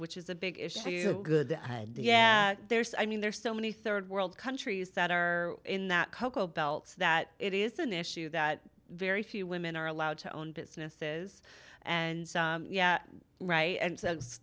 which is a big issue good yeah there's i mean there's so many rd world countries that are in that cocoa belts that it is an issue that very few women are allowed to own businesses and yeah right and